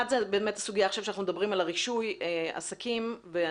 אחד זו באמת סוגית רישוי עסקים שאנחנו